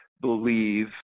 believe